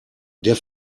der